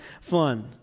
fun